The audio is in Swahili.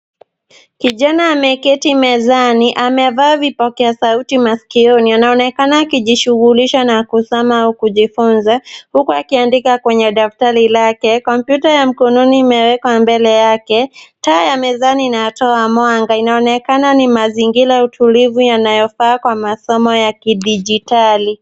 Kijana ameketi mezani. Amevaa vipokea sauti maskioni. Anaonekana akijishughulisha na kusoma au kujifunza huku akiandika kwenye daftari lake. Kompyuta ya mkononi imewekwa mbele yake. Taa ya mezani inatoa mwanga. Inaonekana ni mazingira tulivu yanayofaa kwa masomo ya kidijitali.